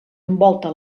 envolta